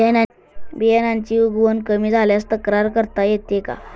बियाण्यांची उगवण कमी झाल्यास तक्रार करता येते का?